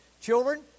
Children